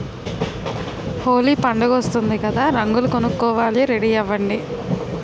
హోలీ పండుగొస్తోంది కదా రంగులు కొనుక్కోవాలి రెడీ అవ్వండి